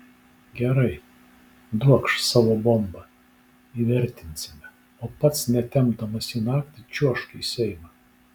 gerai duokš savo bombą įvertinsime o pats netempdamas į naktį čiuožk į seimą